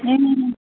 ए